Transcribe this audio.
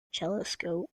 telescope